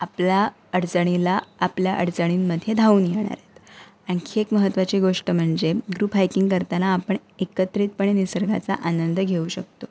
आपला अडचणीला आपल्या अडचणींमध्ये धावून येणार आहेत आणखी एक महत्त्वाची गोष्ट म्हणजे ग्रुप हायकिंग करताना आपण एकत्रितपणे निसर्गाचा आनंद घेऊ शकतो